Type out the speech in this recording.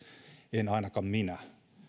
en aikanaan minä